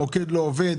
המוקד לא עובד,